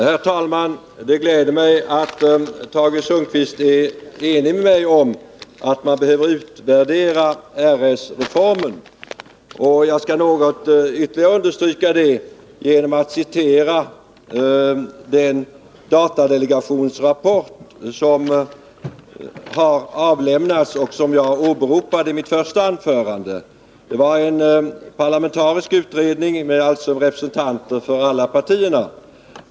Herr talman! Det gläder mig att Tage Sundkvist är enig med mig om att man behöver utvärdera RS-reformen. Jag skulle vilja något ytterligare understryka det genom att citera den datadelegationsrapport som har avlämnats och som jag åberopade i mitt första anförande. Det var en parlamentarisk utredning, alltså med representanter för alla partierna.